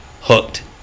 hooked